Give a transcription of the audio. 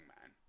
man